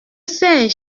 sais